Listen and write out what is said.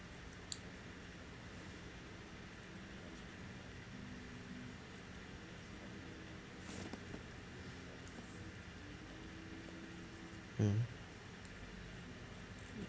mm